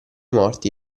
morti